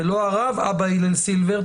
ולא הרב אבא הלל סילבר,